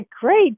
great